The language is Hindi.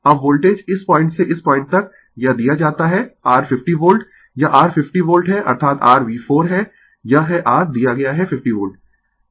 अब वोल्टेज इस पॉइंट से इस पॉइंट तक यह दिया जाता है r 50 वोल्ट यह r 50 वोल्ट है अर्थात rV4 है यह है r दिया गया है 50 वोल्ट